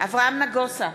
אברהם נגוסה,